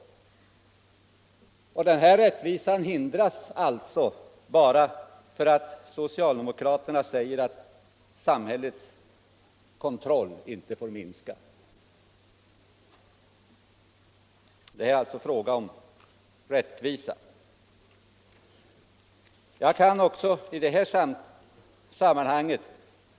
Rättvisan hindras alltså bara därför att socialdemokraterna anser att samhällets kontroll inte får minska. Det är alltså fråga om rättvisa.